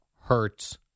Hurts